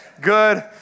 good